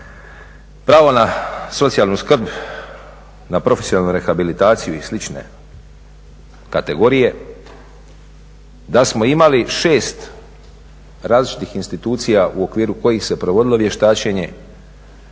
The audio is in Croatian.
pravo na socijalnu skrb, na profesionalnu rehabilitaciju i slične kategorije da smo imali 6 različitih institucija u okviru kojih se provodilo vještačenje,